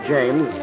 James